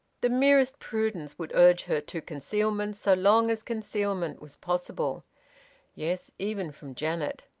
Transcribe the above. the merest prudence would urge her to concealment so long as concealment was possible yes, even from janet!